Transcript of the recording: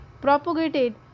propagated